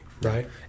Right